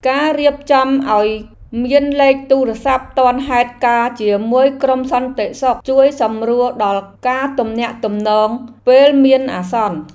ការរៀបចំឱ្យមានលេខទូរស័ព្ទទាន់ហេតុការណ៍ជាមួយក្រុមសន្តិសុខជួយសម្រួលដល់ការទំនាក់ទំនងពេលមានអាសន្ន។